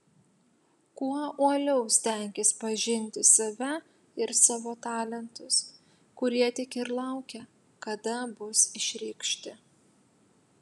kuo uoliau stenkis pažinti save ir savo talentus kurie tik ir laukia kada bus išreikšti